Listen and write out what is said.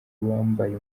uwambaye